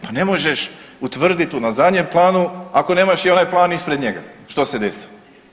Pa ne možeš utvrditi na zadnjem planu ako nemaš i onaj plan ispred njega što se desilo.